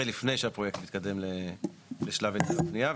לפני שהפרויקט מתקדם לשלב היתר הבנייה.